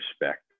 respect